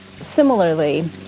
similarly